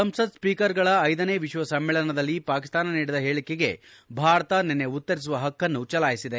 ಸಂಸತ್ ಸ್ಪೀಕರ್ಗಳ ಐದನೇ ವಿಶ್ವ ಸಮ್ಮೇಳನದಲ್ಲಿ ಪಾಕಿಸ್ತಾನ ನೀಡಿದ ಹೇಳಿಕೆಗೆ ಭಾರತ ನಿನ್ನೆ ಉತ್ತರಿಸುವ ಹಕ್ಕನ್ನು ಚಲಾಯಿಸಿದೆ